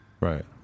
Right